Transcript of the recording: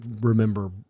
remember